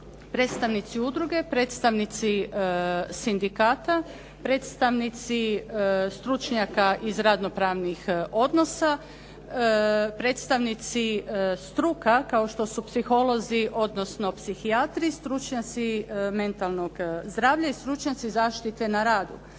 predstavnici udruge, predstavnici sindikata, predstavnici stručnjaka iz radno-pravnih odnosa, predstavnici struka kao što su psiholozi, odnosno psihijatri, stručnjaci mentalnog zdravlja i stručnjaci zaštite na radu.